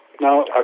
Now